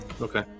okay